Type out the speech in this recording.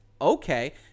Okay